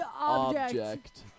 Object